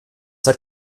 hat